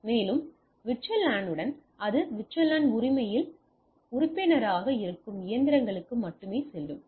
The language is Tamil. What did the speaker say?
மேலும் VLAN உடன் அது VLAN உரிமையில் உறுப்பினராக இருக்கும் இயந்திரங்களுக்கு மட்டுமே செல்லும்